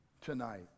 tonight